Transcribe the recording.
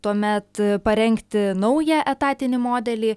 tuomet parengti naują etatinį modelį